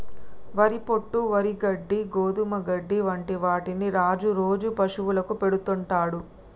వరి పొట్టు, వరి గడ్డి, గోధుమ గడ్డి వంటి వాటిని రాజు రోజు పశువులకు పెడుతుంటాడు